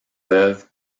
veuve